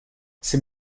ces